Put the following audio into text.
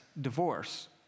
divorce